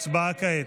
הצבעה כעת.